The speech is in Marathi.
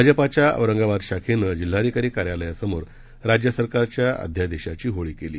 भाजपाच्या औरंगाबाद शाखेनं जिल्हाधिकारी कार्यालयासमोर राज्य सरकारच्या अध्यादेशाची होळी केली